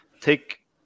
take